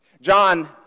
John